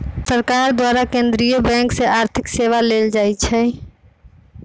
सरकार द्वारा केंद्रीय बैंक से आर्थिक सेवा लेल जाइ छइ